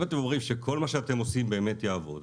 אם אתם אומרים שכל מה שאתם עושים באמת יעבוד,